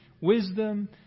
Wisdom